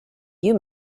you